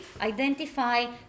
identify